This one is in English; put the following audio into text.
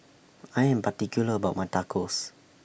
I Am particular about My Tacos